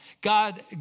God